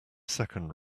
second